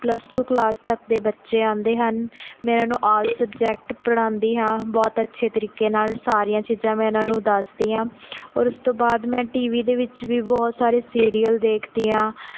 plus two class ਤੱਕ ਦੇ ਬੱਚੇ ਆਉਂਦੇ ਹਨ ਮੈਂ ਉਹਨਾਂ ਨੂੰ ਆਲ ਸਬਜੈਕਟ ਪੜ੍ਹਾਉਂਦੀ ਹਾਂ ਬਹੁਤ ਅੱਛੇ ਤਰੀਕੇ ਨਾਲ਼ ਸਾਰੀਆਂ ਚੀਜ਼ਾਂ ਮੈਂ ਉਹਨਾਂ ਨੂੰ ਦੱਸਦੀ ਹਾਂ ਔਰ ਉਸ ਤੋਂ ਬਾਅਦ ਮੈਂ ਟੀ ਵੀ ਦੇ ਵਿੱਚ ਵੀ ਬਹੁਤ ਸਾਰੇ ਸੀਰੀਅਲ ਦੇਖਦੀ ਹਾਂ